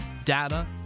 data